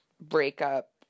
breakup